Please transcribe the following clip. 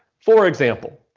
for example,